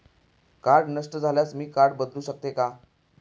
Card नष्ट झाल्यास मी कार्ड बदलू शकते का?